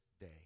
day